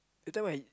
that time I